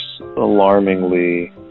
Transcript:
alarmingly